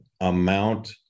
amount